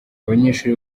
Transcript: abanyeshuri